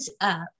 up